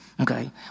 okay